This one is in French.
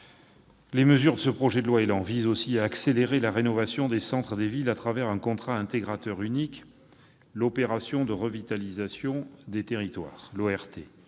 Les mesures du projet de loi ÉLAN visent aussi à accélérer la rénovation des centres-villes à travers un contrat intégrateur unique : l'opération de revitalisation des territoires, l'ORT.